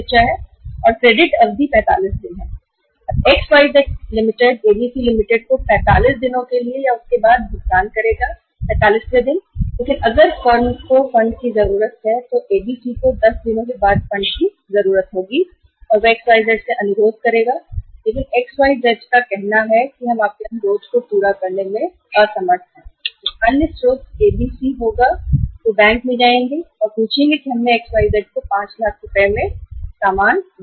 अब दी गई क्रेडिट अवधि 45 दिन हैI XYZ Ltd ABC Ltd को 45 दिन बाद या 45 वे दिन भुगतान करेगी लेकिन यदि फर्म को फंड की आवश्यकता हैABC को 10 दिनों बाद फंड की आवश्यकता है तो XYZ से अनुरोध करेंगे परंतु XYZ का कहना है कि हम आपके अनुरोध को पूरा करने में असमर्थ है तो अन्य स्रोत होगा कि ABC बैंक मे जाए और पता करें कि हमने XYZ Ltd को 5 लाख रुपए में कुछ बेचा है